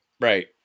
Right